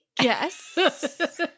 Yes